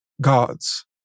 gods